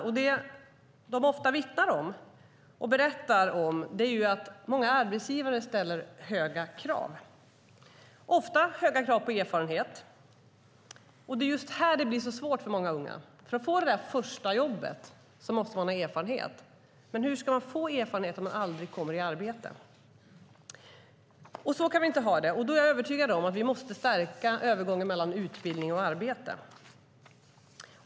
Det som de ofta vittnar och berättar om är att många arbetsgivare ställer höga krav - ofta på erfarenhet. Det är just här det blir så svårt för många unga. För att få det där första jobbet måste man ha erfarenhet. Men hur ska man få erfarenhet om man aldrig kommer i arbete? Så kan vi inte ha det. Jag är övertygad om att vi måste stärka övergången mellan utbildning och arbete.